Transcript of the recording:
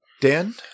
Dan